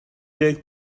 deg